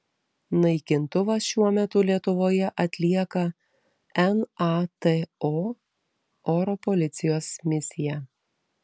naikintuvas šiuo metu lietuvoje atlieka nato oro policijos misiją